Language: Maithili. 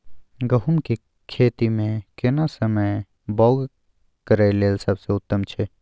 गहूम के खेती मे केना समय बौग करय लेल सबसे उत्तम छै?